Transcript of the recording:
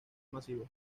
masivo